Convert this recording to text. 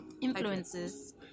influences